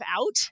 out